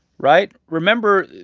right? remember,